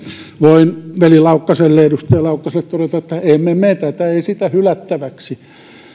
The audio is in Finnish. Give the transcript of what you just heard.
voin veli laukkaselle edustaja laukkaselle todeta että emme me me tätä esitä hylättäväksi